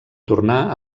tornar